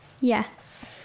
Yes